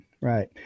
Right